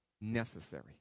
necessary